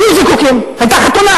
היו זיקוקים, היתה חתונה,